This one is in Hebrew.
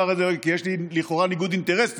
את זה כי לי יש לכאורה ניגוד אינטרסים